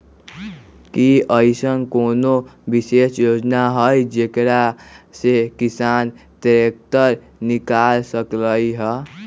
कि अईसन कोनो विशेष योजना हई जेकरा से किसान ट्रैक्टर निकाल सकलई ह?